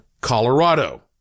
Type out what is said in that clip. Colorado